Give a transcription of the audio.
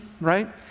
right